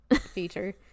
feature